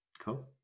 cool